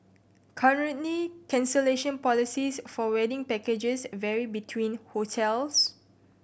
currently cancellation policies for wedding packages vary between hotels